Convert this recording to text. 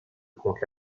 compte